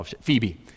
Phoebe